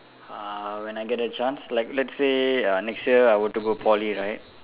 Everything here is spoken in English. uh when I get the chance like let's say uh next year I would go to Poly right